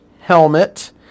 helmet